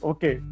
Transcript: Okay